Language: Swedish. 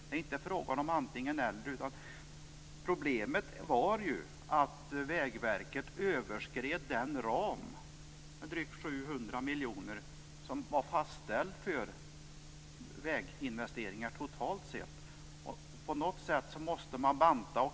Det är inte fråga om antingen eller, utan problemet var att Vägverket överskred den ram som var fastställd för väginvesteringar totalt sett med drygt 700 miljoner kronor. På något sätt måste man banta.